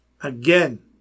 Again